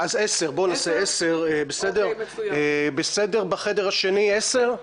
אז 10:00. בסדר, בחדר השני, 10:00?